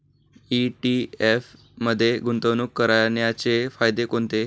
ETF मध्ये गुंतवणूक करण्याचे फायदे कोणते?